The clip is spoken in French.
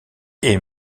est